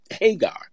hagar